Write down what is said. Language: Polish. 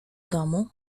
domu